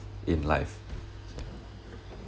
in life